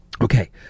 Okay